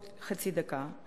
נשאלת השאלה,